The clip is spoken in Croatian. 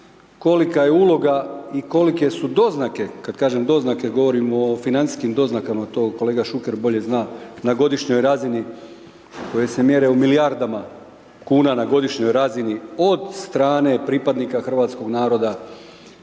kolika je uloga i kolike su doznake, kada kažem doznake govorimo o financijskim doznakama, to kolega Šuker bolje zna na godišnjoj razini koje se mjere u milijardama kuna na godišnjoj razini od strane pripadnika hrvatskog naroda